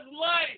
life